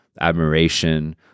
admiration